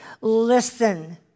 Listen